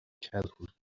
childhood